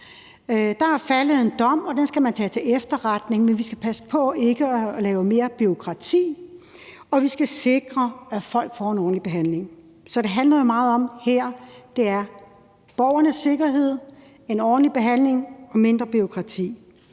Der er faldet en dom, og den skal man tage til efterretning, men vi skal passe på ikke at lave mere bureaukrati, og vi skal sikre, at folk får en ordentlig behandling. Så det handler jo her meget om borgernes sikkerhed, en ordentlig behandling og mindre bureaukrati,